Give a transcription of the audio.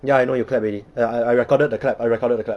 ya I know you clap already ya I I recorded the clap I recorded the clap